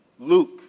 Luke